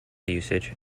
usage